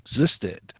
existed